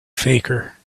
faker